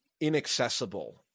inaccessible